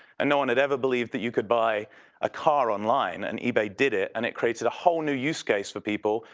and no one had ever believed that you could buy a car online, and ebay did it. and it created a whole new use case for people,